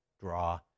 draw